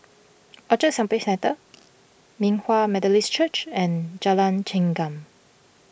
Orchard Shopping Centre Hinghwa Methodist Church and Jalan Chengam